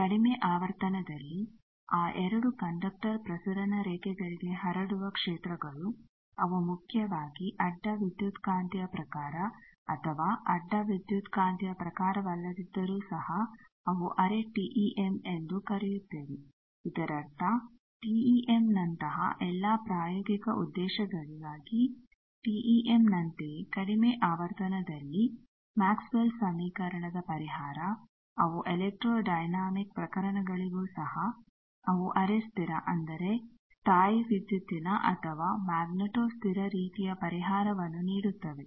ಕಡಿಮೆ ಆವರ್ತನದಲ್ಲಿ ಆ 2 ಕಂಡಕ್ಟರ್ ಪ್ರಸರಣ ರೇಖೆಗಳಿಗೆ ಹರಡುವ ಕ್ಷೇತ್ರಗಳು ಅವು ಮುಖ್ಯವಾಗಿ ಅಡ್ಡ ವಿದ್ಯುತ್ಕಾಂತೀಯ ಪ್ರಕಾರ ಅಥವಾ ಅಡ್ಡ ವಿದ್ಯುತ್ಕಾಂತೀಯ ಪ್ರಕಾರವಲ್ಲದಿದ್ದರೂ ಸಹ ಅವು ಅರೆ ಟಿಈಎಮ್ ಎಂದು ಕರೆಯುತ್ತೇವೆ ಇದರರ್ಥ ಟಿಈಎಮ್ ನಂತಹ ಎಲ್ಲಾ ಪ್ರಾಯೋಗಿಕ ಉದ್ದೇಶಗಳಿಗಾಗಿ ಟಿಈಎಮ್ ನಂತೆಯೇ ಕಡಿಮೆ ಆವರ್ತನದಲ್ಲಿ ಮ್ಯಾಕ್ಸ್ವೆಲ್ಲ್ಸ್Maxwells ಸಮೀಕರಣದ ಪರಿಹಾರ ಅವು ಎಲೆಕ್ಟ್ರೋಡೈನಾಮಿಕ್ ಪ್ರಕಾರಣಗಳಿಗೂ ಸಹ ಅವು ಅರೆ ಸ್ಥಿರ ಅಂದರೆ ಸ್ಥಾಯೀವಿದ್ಯುತ್ತಿನ ಅಥವಾ ಮ್ಯಾಗ್ನೆಟೊ ಸ್ಥಿರ ರೀತಿಯ ಪರಿಹಾರವನ್ನು ನೀಡುತ್ತವೆ